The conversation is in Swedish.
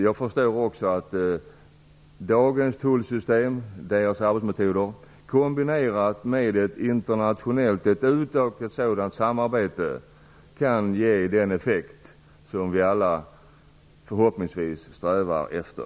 Jag förstår också att det är arbetsmetoderna i dagens tullsystem kombinerade med ett utökat internationellt samarbete som skall ge den effekt som vi förhoppningsvis alla strävar efter.